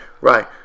Right